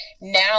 Now